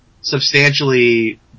substantially